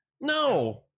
No